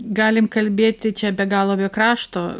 galim kalbėti čia be galo be krašto